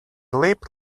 leaped